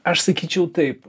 aš sakyčiau taip